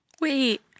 Wait